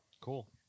Cool